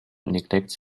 neglects